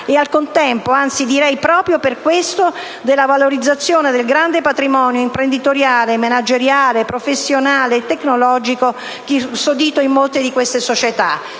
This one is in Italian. e, al contempo, anzi, direi proprio per questo, della valorizzazione del grande patrimonio imprenditoriale, manageriale, professionale e tecnologico custodito in molte di queste società.